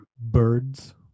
birds